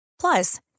Plus